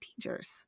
teachers